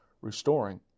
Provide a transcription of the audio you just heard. restoring